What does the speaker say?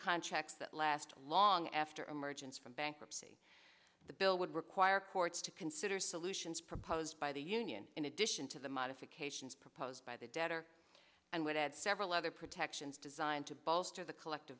contracts that last long after emergence from bankruptcy the bill would require courts to consider solutions proposed by the union in addition to the modifications proposed by the debtor and would had several other protections designed to bolster the collective